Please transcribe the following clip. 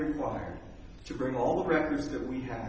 require to bring all the records that we ha